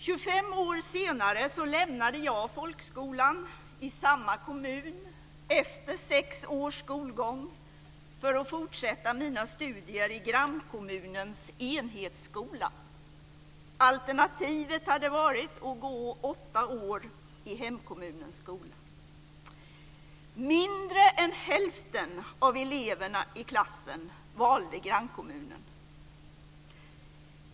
25 år senare lämnade jag folkskolan i samma kommun efter sex års skolgång för att fortsätta mina studier i grannkommunens enhetsskola. Alternativet hade varit att gå åtta år i hemkommunens skola. Mindre än hälften av eleverna i klassen valde grannkommunen.